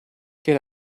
get